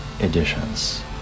editions